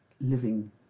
living